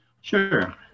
Sure